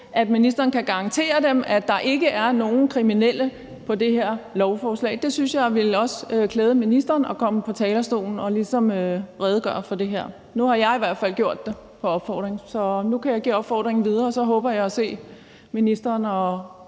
at ministeren kan garantere dem, at der ikke er nogen kriminelle på det her lovforslag. Jeg synes også, at det ville klæde ministeren at komme på talerstolen og ligesom redegøre for det her. Nu har jeg i hvert fald gjort det på opfordring, så nu kan jeg give opfordringen videre, og så håber jeg at se ministeren og